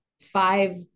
five